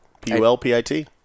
P-U-L-P-I-T